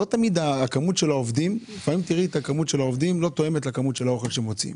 לא תמיד מספר העובדים תואם לכמות המזון שמוציאים.